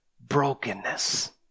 brokenness